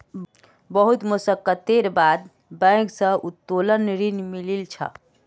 बहुत मशक्कतेर बाद बैंक स उत्तोलन ऋण मिलील छ